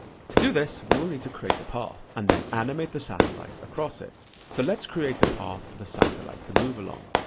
to do this, we will need to create a path, and then animate the satellite across it. so let's create a path for the satellite to move along.